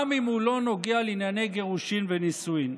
גם אם הוא לא נוגע לענייני גירושין ונישואין.